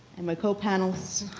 and my co-panelists,